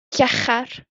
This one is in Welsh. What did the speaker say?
llachar